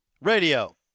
Radio